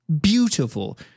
beautiful